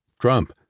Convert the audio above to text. Trump